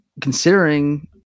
considering